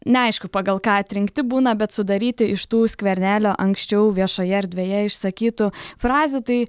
neaišku pagal ką atrinkti būna bet sudaryti iš tų skvernelio anksčiau viešoje erdvėje išsakytų frazių tai